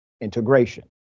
integration